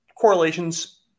correlation's